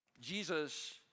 Jesus